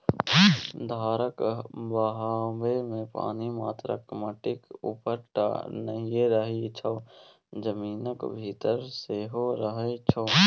धारक बहावमे पानि मात्र माटिक उपरे टा नहि रहय छै जमीनक भीतर सेहो रहय छै